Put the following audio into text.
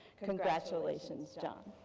congratulations john.